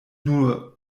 nur